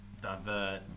Divert